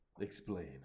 Explain